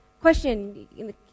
Question